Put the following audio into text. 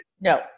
No